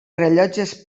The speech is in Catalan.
rellotges